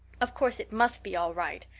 of course, it must be all right.